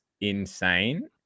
insane